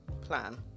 plan